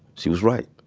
she was right.